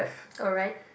alright